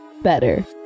better